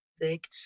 music